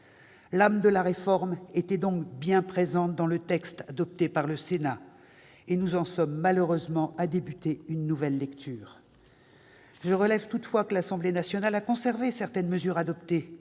L'âme de la réforme était donc bien présente dans le texte adopté par le Sénat, et nous en sommes malheureusement à entamer une nouvelle lecture. Je relève toutefois que l'Assemblée nationale a conservé certaines mesures adoptées